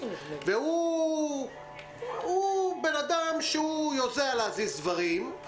הוא אדם שיודע להזיז דברים.